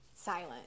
silent